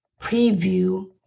preview